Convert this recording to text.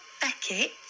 Beckett